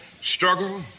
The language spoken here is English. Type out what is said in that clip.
struggle